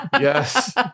yes